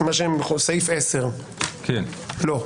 לשאלתכם, התשובה היא לא.